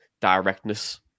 directness